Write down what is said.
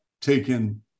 taken